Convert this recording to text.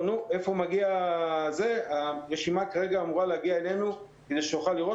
איפה הרשימה שאמורה להגיע אלינו כדי שנוכל לראות?